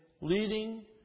leading